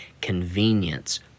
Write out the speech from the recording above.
convenience